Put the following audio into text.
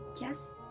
Yes